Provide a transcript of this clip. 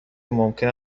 ممکن